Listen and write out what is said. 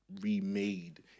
remade